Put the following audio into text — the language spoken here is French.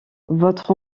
votre